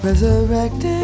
resurrected